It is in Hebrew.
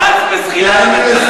אני מסיים, אדוני.